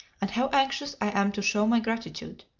and how anxious i am to show my gratitude.